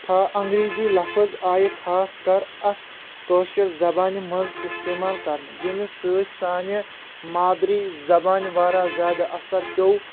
انگریٖزی لفٕظ آیہِ خاص کر اَتھ کأشرِ زبانہِ منٛز استعمال کرنہٕ ییٚمہِ سۭتۍ سانہِ مادری زبانہِ واریاہ زیادٕ اثر پیٚو تہٕ